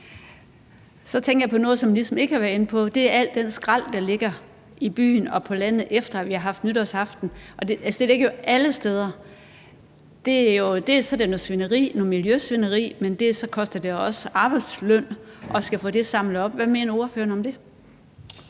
jeg tænkt på noget, som vi ligesom ikke har været inde på, og det er al den skrald, der ligger i byen og på landet, efter vi har haft nytårsaften. Altså, det ligger jo alle steder. Dels er det noget svineri, noget miljøsvineri, dels koster det jo også arbejdsløn at skulle få det samlet op. Hvad mener ordføreren om det?